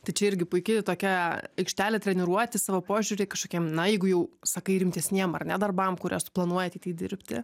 tai čia irgi puiki tokia aikštelė treniruoti savo požiūrį kažkokiem na jeigu jau sakai rimtesniem ar ne darbam kuriuos tu planuoji ateity dirbti